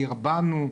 דרבנו,